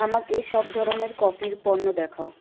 আমাকে সব ধরনের কফির পণ্য দেখাও